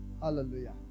Hallelujah